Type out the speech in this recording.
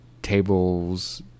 tables